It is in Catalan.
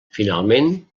finalment